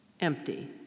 empty